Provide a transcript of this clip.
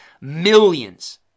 millions